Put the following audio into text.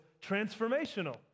transformational